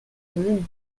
eeun